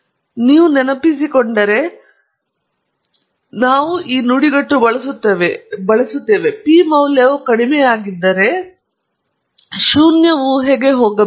ಮತ್ತು ನೀವು ನೆನಪಿಸಿಕೊಂಡರೆ ನಾವು ನುಡಿಗಟ್ಟು ಬಳಸುತ್ತೇವೆ ಪು ಮೌಲ್ಯವು ಕಡಿಮೆಯಾಗಿದ್ದರೆ ಶೂನ್ಯ ಊಹೆಯು ಹೋಗಬೇಕು